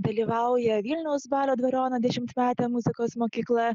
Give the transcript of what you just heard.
dalyvauja vilniaus balio dvariono dešimtmetė muzikos mokykla